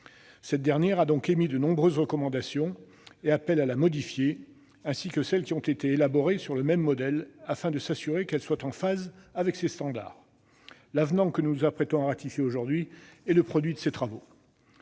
Cette dernière a donc émis de nombreuses recommandations et appelle à modifier cette convention, ainsi que celles qui ont été élaborées sur le même modèle, afin de garantir qu'elles soient en phase avec ces standards. L'avenant que nous nous apprêtons à approuver aujourd'hui est le produit de ces travaux.